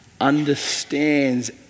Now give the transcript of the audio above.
understands